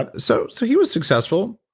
ah so so he was successful.